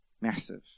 Massive